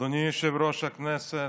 אדוני יושב-ראש הכנסת,